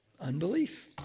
Unbelief